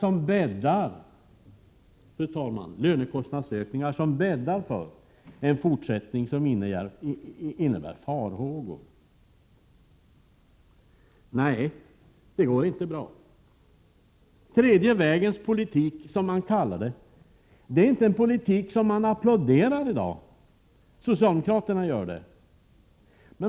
Vi har lönekostnadsökningar som bäddar för en fortsättning som innebär farhågor. Nej, det går inte bra. Tredje vägens politik, som man kallar det, är inte en politik som man applåderar i dag — fast socialdemokraterna gör det.